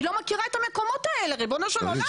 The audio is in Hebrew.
היא לא מכירה את המקומות האלה ריבונו של עולם.